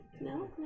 No